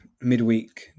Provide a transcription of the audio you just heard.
midweek